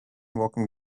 walking